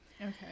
Okay